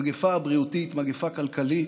מגפה בריאותית, מגפה כלכלית.